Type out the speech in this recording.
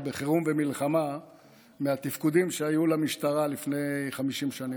בחירום ומלחמה מהתפקודים שהיו למשטרה לפני 50 שנה.